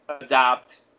adopt